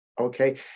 Okay